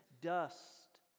Dust